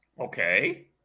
Okay